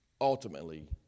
ultimately